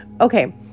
okay